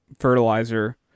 fertilizer